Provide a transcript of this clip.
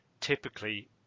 typically